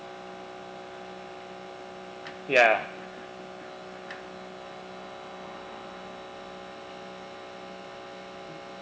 ya